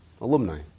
alumni